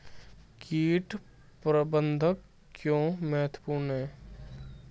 कीट प्रबंधन क्यों महत्वपूर्ण है?